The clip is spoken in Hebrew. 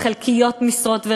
ובחלקיות משרות,